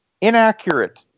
Inaccurate